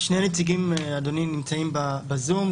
שני נציגים, אדוני, נמצאים בזום.